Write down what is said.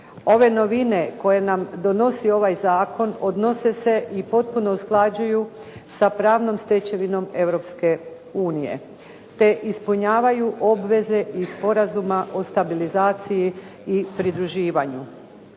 Ove novine koje nam donosi ovaj zakon odnose se i potpuno usklađuju sa pravnom stečevinom Europske unije, te ispunjavaju obveze iz Sporazuma o stabilizaciji i pridruživanju.